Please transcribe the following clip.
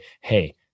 hey